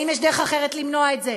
האם יש דרך אחרת למנוע את זה,